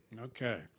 Okay